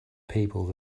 people